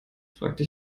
fragte